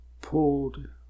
pulled